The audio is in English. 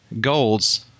goals